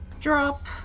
Drop